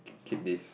keep this